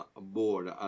board